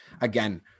again